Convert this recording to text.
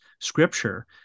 scripture